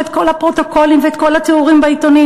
את כל הפרוטוקולים ואת כל התיאורים בעיתונים,